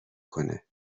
کنه